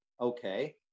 okay